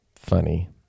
funny